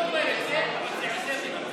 אל תשכח את נצרת.